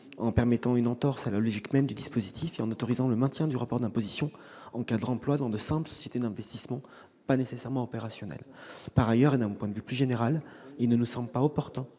en permettant une entorse à la logique même du dispositif et en autorisant le maintien du report d'imposition en cas de remploi dans de simples sociétés d'investissement, pas nécessairement opérationnelles. Par ailleurs, et d'un point de vue plus général, il ne nous semble pas opportun